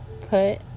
put